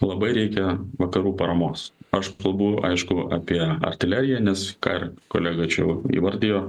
labai reikia vakarų paramos aš kalbu aišku apie artileriją nes ką ir kolega čia va įvardijo